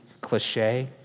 cliche